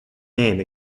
name